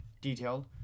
detailed